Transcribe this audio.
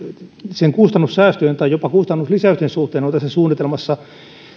sen kustannussäästöjen tai jopa kustannuslisäysten suhteen on tässä suunnitelmassa